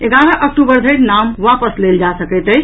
एगारह अक्टूबर धरि नाम आपस लेल जा सकैत अछि